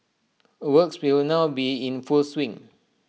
works will now be in full swing